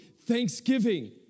thanksgiving